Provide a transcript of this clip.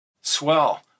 Swell